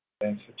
Thanks